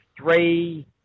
three